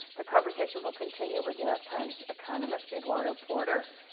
the conversation book continue with new york times economist eduardo porter.